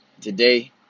Today